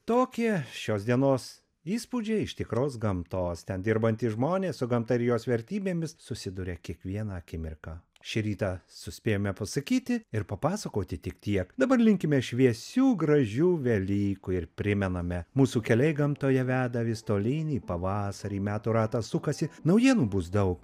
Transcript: tokie šios dienos įspūdžiai iš tikros gamtos ten dirbantys žmonės su gamta ir jos vertybėmis susiduria kiekvieną akimirką šį rytą suspėjome pasakyti ir papasakoti tik tiek dabar linkime šviesių gražių velykų ir primename mūsų keliai gamtoje veda vis tolyn į pavasarį metų ratas sukasi naujienų bus daug